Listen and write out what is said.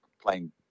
playing